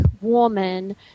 woman